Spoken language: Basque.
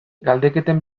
galdeketen